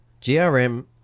GRM